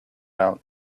out